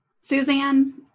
Suzanne